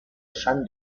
esan